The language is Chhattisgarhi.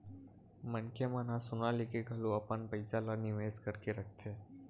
मनखे मन ह सोना लेके घलो अपन पइसा ल निवेस करके रखथे